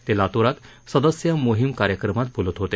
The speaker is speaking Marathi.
ते लातूरात सदस्य मोहीम कार्यक्रमात बोलत होते